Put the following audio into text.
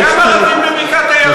גם ערבים בבקעת-הירדן,